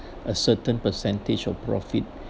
a certain percentage of profit